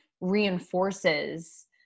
reinforces